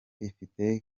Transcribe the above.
ifite